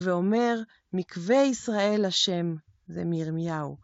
ואומר, מקווה ישראל ה' זה מירמיהו.